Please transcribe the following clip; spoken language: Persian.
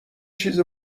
چیز